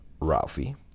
Ralphie